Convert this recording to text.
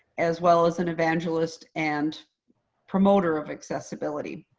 as well as an evangelist and promoter of accessibility.